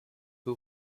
who